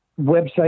website